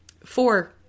four